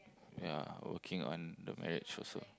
ya working on the marriage also